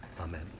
Amen